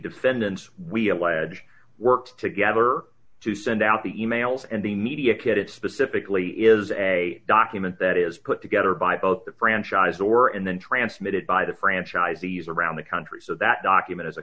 defendants we allege worked together to send out the e mails and the media kit specifically is a document that is put together by both the franchise or and then transmitted by the franchisees around the country so that document is a